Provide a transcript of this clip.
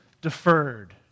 deferred